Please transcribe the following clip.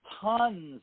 tons